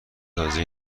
تازه